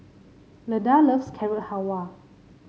Leda loves Carrot Halwa